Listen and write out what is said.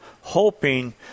hoping